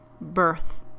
birth